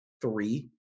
three